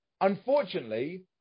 Unfortunately